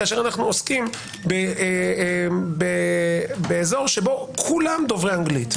כאשר אנו עוסקים באזור שבו כולם דוברי אנגלית.